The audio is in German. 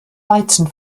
weizen